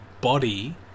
body